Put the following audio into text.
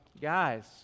Guys